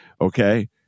Okay